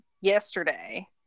yesterday